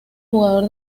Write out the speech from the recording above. jugador